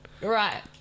right